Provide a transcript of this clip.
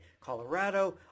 colorado